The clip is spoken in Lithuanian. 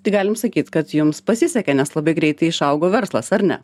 tai galim sakyti kad jums pasisekė nes labai greitai išaugo verslas ar ne